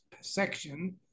section